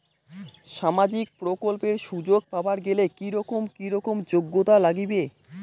সামাজিক প্রকল্পের সুযোগ পাবার গেলে কি রকম কি রকম যোগ্যতা লাগিবে?